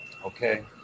Okay